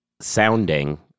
sounding